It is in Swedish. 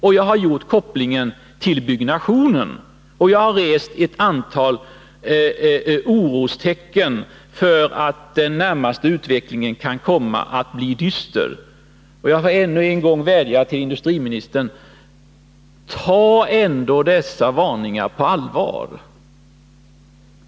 Och jag har gjort kopplingen till byggnationen och riktat uppmärksamheten på ett antal orostecken på att den närmaste utvecklingen kan komma att bli dyster. Jag får ännu en gång vädja till industriministern: Ta ändå dessa varningar på allvar!